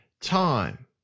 time